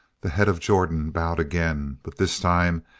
the head of jordan bowed again, but this time,